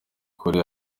kuri